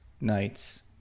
nights